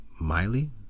Miley